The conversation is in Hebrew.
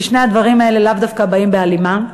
כי שני הדברים האלה לאו דווקא באים בהלימה.